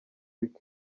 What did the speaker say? week